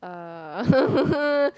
uh